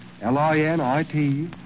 L-I-N-I-T